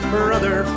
Brother